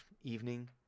evening